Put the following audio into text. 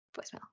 voicemail